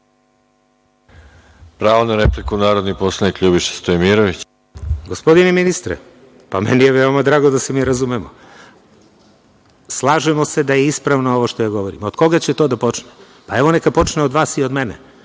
Pravo na repliku, narodni poslanik Ljubiša Stojmirović.